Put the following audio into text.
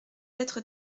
être